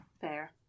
Fair